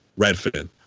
Redfin